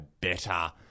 better